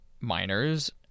miners